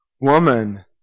Woman